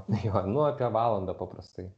jo nu apie valandą paprastai